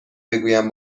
بگویم